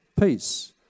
peace